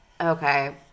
Okay